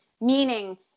Meaning